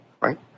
right